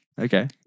Okay